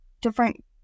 different